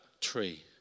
tree